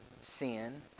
sin